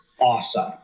awesome